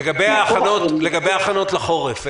לגבי ההכנות לחורף,